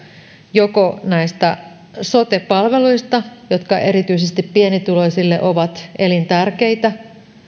näistä sote palveluista jotka erityisesti pienituloisille ovat elintärkeitä ja